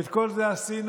ואת כל זה עשינו